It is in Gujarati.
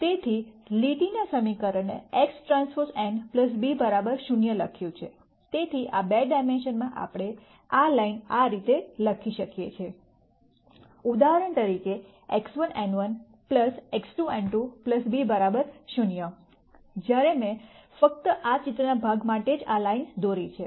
તેથી લીટીના સમીકરણને XTn b 0 લખ્યું છે તેથી આ બે ડાયમેન્શનલમાં આપણે આ લાઇન આ રીતે લખી શકીએ ઉદાહરણ તરીકે X1 n1 X2 n2 b 0 જ્યારે મેં ફક્ત આ ચિત્રના ભાગ માટે જ આ લાઇન દોરી છે